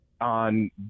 on